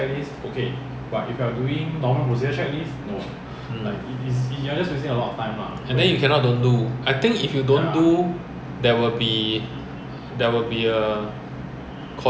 ah I think 是你 gear down 的时候 warning 就出来了 ah ya I can't remember what is the warning I remember there is a warning